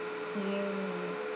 mm